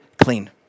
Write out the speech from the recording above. clean